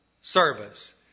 service